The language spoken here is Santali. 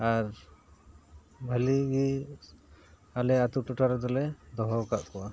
ᱟᱨ ᱵᱷᱟᱹᱞᱤ ᱜᱮ ᱟᱞᱮ ᱟᱛᱳ ᱴᱚᱴᱷᱟ ᱨᱮᱫᱚᱞᱮ ᱫᱚᱦᱚ ᱟᱠᱟᱫ ᱠᱚᱣᱟ